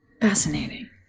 Fascinating